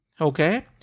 okay